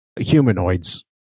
humanoids